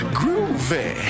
groovy